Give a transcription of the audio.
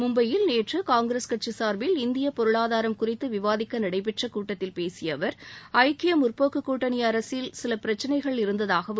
மும்பையில் நேற்று காங்கிரஸ் கட்சி சார்பில் இந்தியப் பொருளாதாரம் குறித்து விவாதிக்க நடைபெற்ற கூட்டத்தில் பேசிய அவர் ஐக்கிய முற்போக்கு கூட்டணி அரசில் சில பிரச்சினைகள் இருந்ததாகவும்